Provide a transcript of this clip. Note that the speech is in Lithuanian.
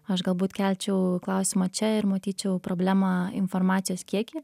aš galbūt kelčiau klausimą čia ir matyčiau problemą informacijos kiekį